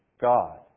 God